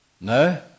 No